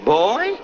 boy